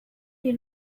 you